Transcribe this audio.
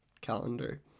calendar